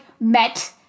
met